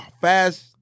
fast